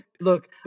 Look